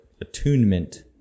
attunement